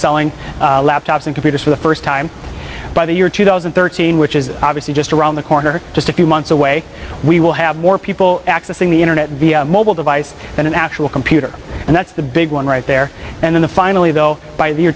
outselling laptops in computers for the first time by the year two thousand and thirteen which is obviously just around the corner just a few months away we will have more people accessing the internet via mobile device than an actual computer and that's the big one right there and in the finally though by the year